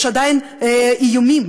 עדיין יש איומים,